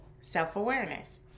self-awareness